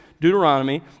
Deuteronomy